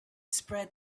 spread